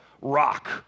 rock